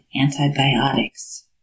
antibiotics